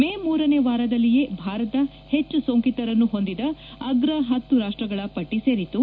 ಮೇ ಮೂರನೇ ವಾರದಲ್ಲಿಯೇ ಭಾರತ ಹೆಚ್ಚು ಸೋಂಕಿತರನ್ನು ಹೊಂದಿದ ಅಗ್ರ ಪತ್ತು ರಾಷ್ಟಗಳ ಪಟ್ಟಿ ಸೇರಿತು